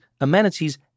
amenities